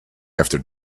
after